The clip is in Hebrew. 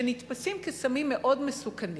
שנתפסים כסמים מאוד מסוכנים.